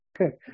okay